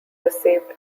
received